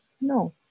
No